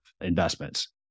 investments